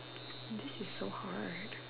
this is so hard